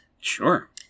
Sure